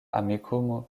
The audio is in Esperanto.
amikumu